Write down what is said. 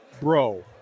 bro